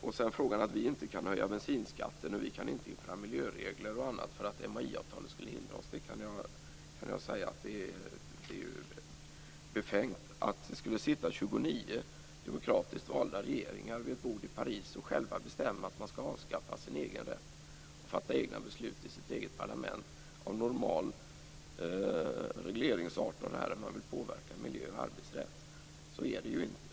Det sades också att vi inte skulle kunna höja bensinskatten och införa miljöregler m.m. därför att MAI avtalet hindrar oss. Det är ju befängt att tro att det skulle sitta 29 demokratiskt valda regeringar vid ett bord i Paris och själva bestämma om att avskaffa sin rätt att fatta egna beslut i sitt eget parlament av normal regleringsart, t.ex. att påverka miljö och arbetsrätt. Så är det inte.